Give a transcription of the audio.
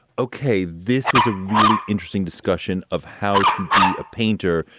okay. this was a really interesting discussion of how to be a painter,